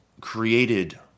created